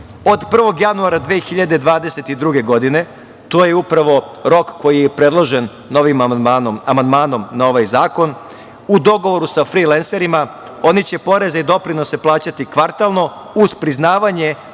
1. januara 2022. godine, to je upravo rok koji je predložen amandmanom na ovaj zakon, u dogovoru sa frilenserima, oni će poreze i doprinose plaćati kvartalno, uz priznavanje